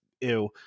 ew